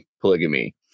polygamy